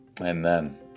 Amen